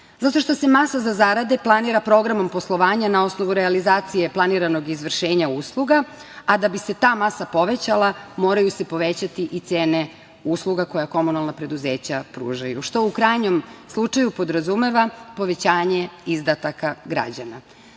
Zato što se masa za zarade planira programom poslovanja na osnovu realizacije planiranog izvršenja usluga, a da bi se ta masa povećala, moraju se povećati i cene usluga koje komunalna preduzeća pružaju, što u krajnjem slučaju podrazumeva povećanje izdataka